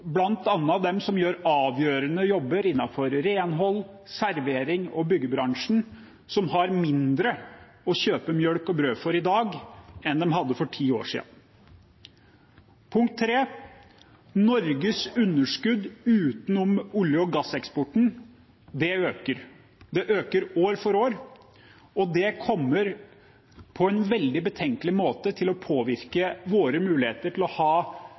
dem som gjør avgjørende jobber innenfor renhold, servering og byggebransjen, som har mindre å kjøpe melk og brød for i dag enn de hadde for ti år siden. Norges underskudd utenom olje- og gasseksporten øker. Det øker år for år, og det kommer på en veldig betenkelig måte til å påvirke våre muligheter til å ha